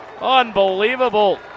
Unbelievable